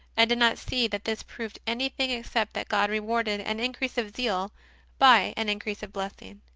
i did not see that this proved any thing except that god rewarded an increase of zeal by an increase of blessing.